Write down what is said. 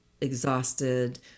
exhausted